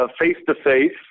face-to-face